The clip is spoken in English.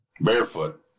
Barefoot